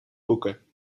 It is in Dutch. boeken